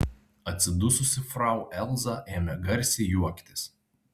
atsidususi frau elza ėmė garsiai juoktis